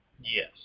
Yes